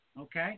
okay